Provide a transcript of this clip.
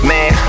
Man